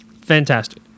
Fantastic